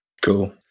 Cool